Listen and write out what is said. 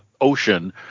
ocean